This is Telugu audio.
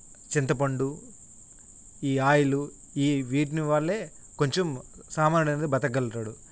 చింతపండు ఈ ఆయిలు ఈ వీటి వల్లే కొంచెం సామాన్యుడు అనేది బ్రతకగలుగుతాడు